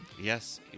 Yes